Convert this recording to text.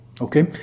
Okay